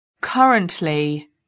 currently